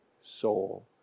soul